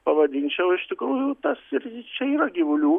pavadinčiau iš tikrųjų tas ir čia yra gyvulių